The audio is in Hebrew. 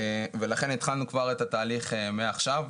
לכן התחלנו כבר את התהליך מעכשיו,